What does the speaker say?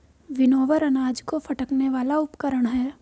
winnower अनाज को फटकने वाला उपकरण है